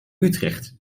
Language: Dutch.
utrecht